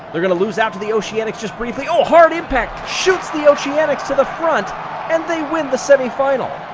they're going to lose out to the oceanics just briefly. oh, hard impact shoots the oceanics to the front and they win the semi-final.